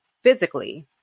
physically